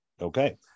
Okay